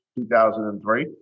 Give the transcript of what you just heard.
2003